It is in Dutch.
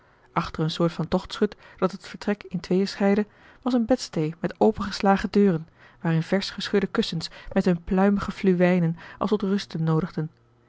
achter eene soort van tochtschut dat het vertrek in tweeën scheidde was eene bedsteê met opengeslagen deuren waarin versch geschudde kussens met hun pluymighe fluwijnen als tot rusten noodigden